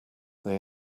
they